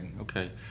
Okay